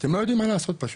אתם לא יודעים מה לעשות פשוט.